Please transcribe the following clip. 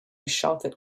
shouted